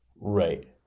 Right